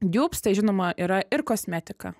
diubs tai žinoma yra ir kosmetika